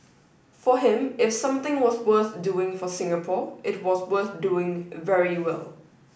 for him if something was worth doing for Singapore it was worth doing very well